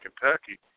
Kentucky